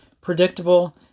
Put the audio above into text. predictable